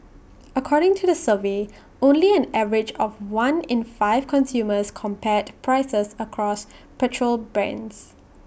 according to the survey only an average of one in five consumers compared prices across petrol brands